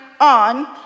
on